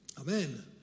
Amen